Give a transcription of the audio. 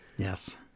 Yes